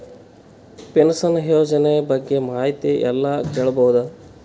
Pension ಯೋಜನ ಬಗ್ಗೆ ಮಾಹಿತಿ ಎಲ್ಲ ಕೇಳಬಹುದು?